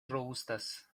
robustas